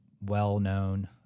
well-known